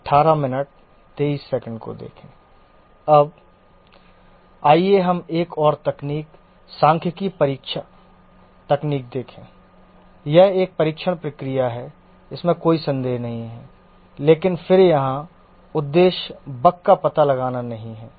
अब आइए हम एक और तकनीक सांख्यिकीय परीक्षण तकनीक देखें यह एक परीक्षण प्रक्रिया है इसमें कोई संदेह नहीं है लेकिन फिर यहाँ उद्देश्य बग का पता लगाना नहीं है